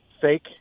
fake